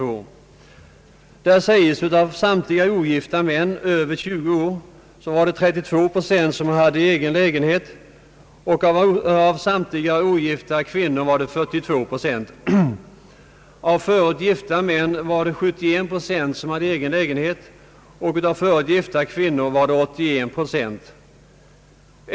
Av samtliga ogifta män över 20 år hade 32 procent egen lägenhet, och av samtliga ogifta kvinnor 42 procent. Av förut gifta män hade 71 procent egen lägenhet, och av förut gifta kvinnor 81 procent.